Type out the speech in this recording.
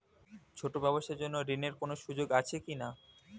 ছোট ব্যবসার জন্য ঋণ এর কোন সুযোগ আছে কি না?